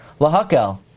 lahakel